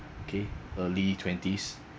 okay early twenties